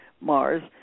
Mars